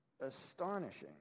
Astonishing